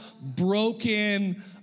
broken